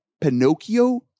Pinocchio